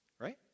right